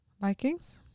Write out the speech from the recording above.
Vikings